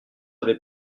avait